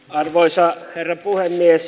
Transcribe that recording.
arvoisa herra puhemies